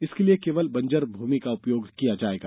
इसके लिए केवल बंजर भूमि का उपयोग किया जायेगा